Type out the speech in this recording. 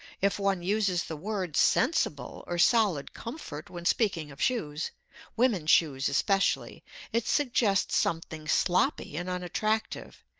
if one uses the words sensible or solid comfort when speaking of shoes women's shoes especially it suggests something sloppy and unattractive,